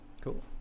Cool